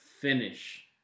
finish